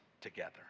together